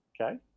Okay